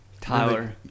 Tyler